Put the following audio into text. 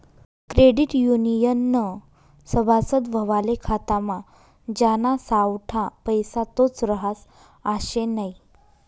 credit युनियननं सभासद व्हवाले खातामा ज्याना सावठा पैसा तोच रहास आशे नै